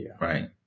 Right